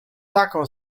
taką